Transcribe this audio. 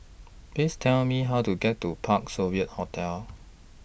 Please Tell Me How to get to Parc Sovereign Hotel